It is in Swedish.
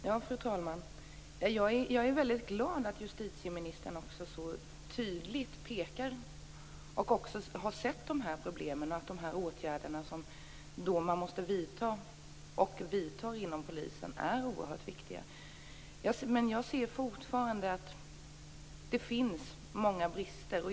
Fru talman! Jag är väldigt glad över att justitieministern har sett dessa problem och så tydligt pekar på att de åtgärder som måste vidtas inom polisen är oerhört viktiga. Men jag ser fortfarande att det finns många brister.